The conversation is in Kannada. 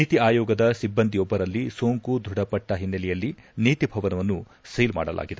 ನೀತಿ ಆಯೋಗದ ಸಿಬ್ಬಂದಿಯೊಬ್ಬರಲ್ಲಿ ಸೋಂಕು ದೃಢಪಟ್ಟ ಹಿನ್ನೆಲೆಯಲ್ಲಿ ನೀತಿ ಭವನವನ್ನು ಸೀಲ್ ಮಾಡಲಾಗಿದೆ